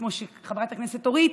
וכמו שחברת הכנסת אורית